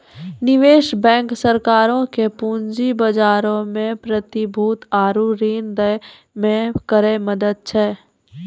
निवेश बैंक सरकारो के पूंजी बजारो मे प्रतिभूति आरु ऋण दै मे करै मदद करै छै